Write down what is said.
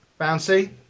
Bouncy